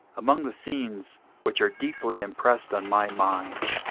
among the scenes which are deeply impressed on my mind,